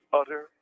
utter